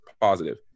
positive